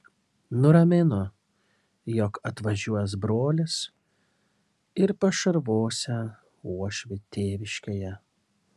nuramino jog atvažiuos brolis ir pašarvosią uošvį tėviškėje